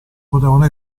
potevano